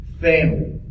family